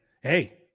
Hey